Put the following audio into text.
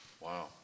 Wow